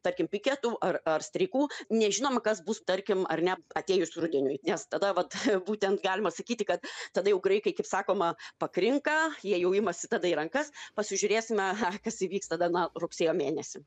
tarkim piketų ar ar streikų nežinom kas bus tarkim ar ne atėjus rudeniui nes tada vat būtent galima sakyti kad tada jau graikai kaip sakoma pakrinka jie jau imasi tada į rankas pasižiūrėsime kas įvyks tada na rugsėjo mėnesį